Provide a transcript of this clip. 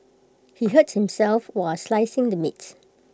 he hurt himself while slicing the meat